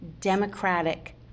democratic